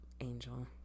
Angel